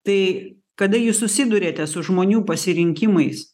tai kada jūs susiduriate su žmonių pasirinkimais